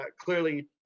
Clearly